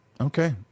Okay